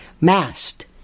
mast